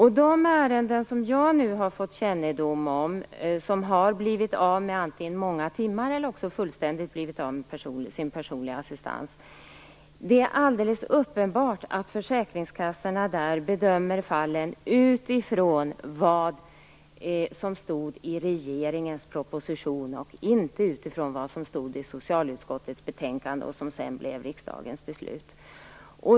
I de ärenden som jag har fått kännedom om, där man antingen blivit av med flera assistanstimmar eller fullständigt blivit av med sin personliga assistans, är det alldeles uppenbart att försäkringskassorna bedömt fallen utifrån vad som stod i regeringens proposition, inte utifrån vad som stod i socialutskottets betänkande som sedan blev riksdagens beslut.